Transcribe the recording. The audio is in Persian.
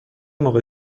موقع